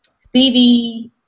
Stevie